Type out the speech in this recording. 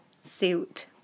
suit